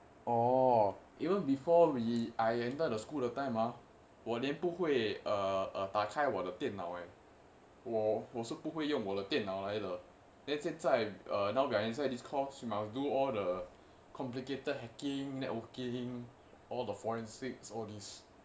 orh even before we I entered the school that time ah 我连不会打开我的电脑呃我我是不会用我自己的电脑的:wo lian bu hui da kai wo de dian nao eai wo wo shi bu hui yong wo zi ji de dian nao de uh now we are inside this course we must do all the complicated hacking networking all the forensics all these